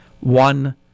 one